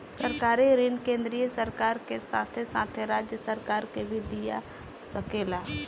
सरकारी ऋण केंद्रीय सरकार के साथे साथे राज्य सरकार के भी दिया सकेला